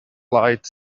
light